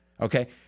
okay